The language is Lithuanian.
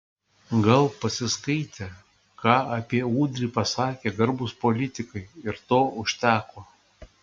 gal pasiskaitė ką apie udrį pasakė garbūs politikai ir to užteko